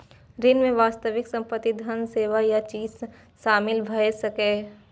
ऋण मे वास्तविक संपत्ति, धन, सेवा या चीज शामिल भए सकैए